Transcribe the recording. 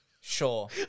Sure